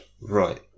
right